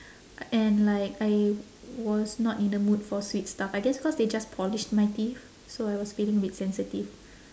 and like I was not in the mood for sweet stuff I guess cause they just polish my teeth so I was feeling a bit sensitive